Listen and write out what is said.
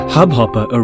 Hubhopper